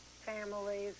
families